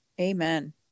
Amen